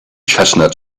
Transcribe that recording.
chestnut